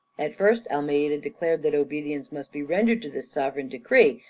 at first almeida declared that obedience must be rendered to this sovereign decree,